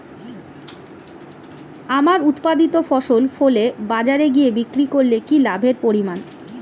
আমার উৎপাদিত ফসল ফলে বাজারে গিয়ে বিক্রি করলে কি লাভের পরিমাণ?